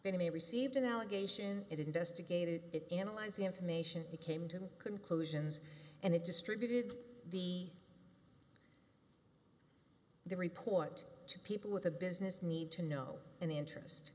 anyway received an allegation it investigated it analyze the information it came to conclusions and it distributed the the report to people with a business need to know in the interest